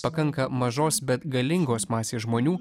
pakanka mažos bet galingos masės žmonių